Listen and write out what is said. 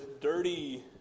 dirty